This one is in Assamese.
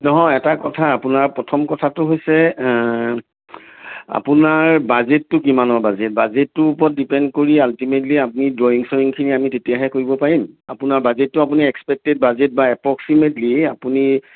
নহয় এটা কথা আপোনাৰ প্ৰথম কথাটো হৈছে আপোনাৰ বাজেটটো কিমানৰ বাজেট বাজেটটোৰ ওপৰত ডিপেণ্ড কৰি আল্টিমে'টলী আমি ড্ৰয়িং শ্ৰয়িংখিনি আমি তেতিয়াহে কৰিব পাৰিম আপোনাৰ বাজেটটো আপুনি এক্সপেক্টেড বাজেট বা এপ্ৰক্সিমে'টলী আপুনি